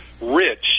rich